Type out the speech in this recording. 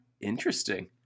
Interesting